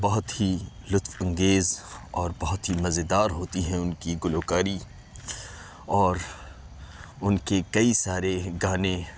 بہت ہی لطف انگیز اور بہت ہی مزے دار ہوتی ہیں ان کی گلوکاری اور ان کے کئی سارے گانے